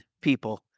people